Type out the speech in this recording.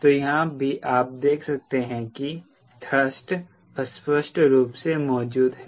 तो यहाँ भी आप देख सकते हैं कि थ्रस्ट अस्पष्ट रूप से मौजूद है